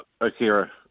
Akira